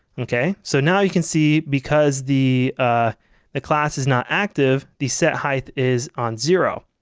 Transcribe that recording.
okay, so now you can see because the ah the class is not active the set height is on zero.